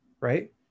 right